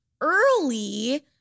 early